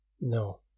No